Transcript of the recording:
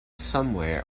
somewhere